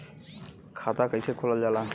खाता कैसे खोलल जाला?